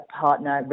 partner